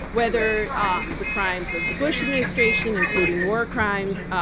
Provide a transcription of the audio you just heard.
whether um the crimes of the bush administration, including war crimes,